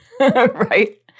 right